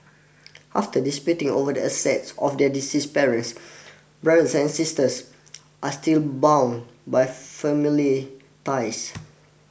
after disputing over the assets of their deceased parents brothers and sisters are still bound by family ties